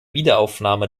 wiederaufnahme